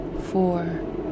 four